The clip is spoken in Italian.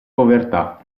povertà